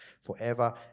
forever